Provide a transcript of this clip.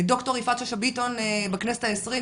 ד"ר יפעת שאשא ביטון בכנסת העשרים,